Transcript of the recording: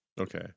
Okay